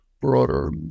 broader